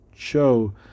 show